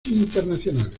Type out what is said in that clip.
internacionales